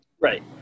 Right